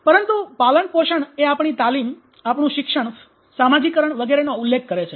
પરંતુ પાલનપોષણ એ આપણી તાલીમ આપણું શિક્ષણ સમાજીકરણ વગેરેનો ઉલ્લેખ કરે છે